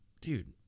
Dude